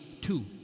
two